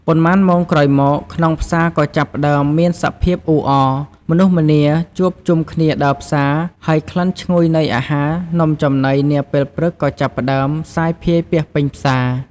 ប៉ុន្មានម៉ោងក្រោយមក ក្នុងផ្សារក៏ចាប់ផ្តើមមានសភាពអ៊ូអរ មនុស្សម្នាជួបជុំគ្នាដើរផ្សារ ហើយក្លិនឈ្ងុយនៃអាហារ នំចំណីនាពេលព្រឹកក៏ចាប់ផ្តើមសាយភាយពាសពេញផ្សារ។